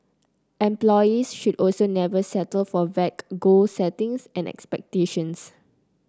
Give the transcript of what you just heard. employees should also never settle for vague goal settings and expectations